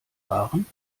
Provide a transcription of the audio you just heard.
waren